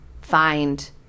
find